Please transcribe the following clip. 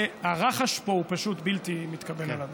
הרחש פה הוא פשוט בלתי מתקבל על הדעת.